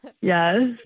Yes